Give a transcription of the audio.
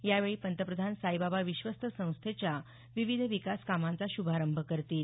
यावेळी पंतप्रधान साईबाबा विश्वस्त संस्थेच्या विविध विकास कामांचा श्रभारंभ करतील